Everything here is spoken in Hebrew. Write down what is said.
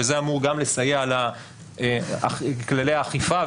וזה אמור גם לסייע לכללי האכיפה,